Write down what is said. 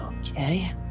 Okay